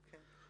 כן.